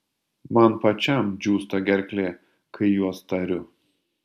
man pačiam džiūsta gerklė kai juos tariu